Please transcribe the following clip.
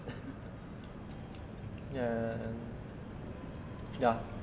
and ya